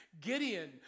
Gideon